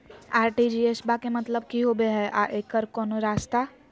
RTGS बा के मतलब कि होबे हय आ एकर कोनो और रस्ता?